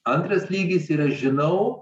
antras lygis yra žinau